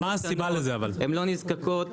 הן לא נזקקות.